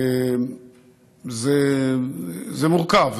זה מורכב.